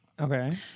Okay